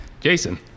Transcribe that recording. Jason